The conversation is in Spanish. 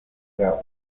era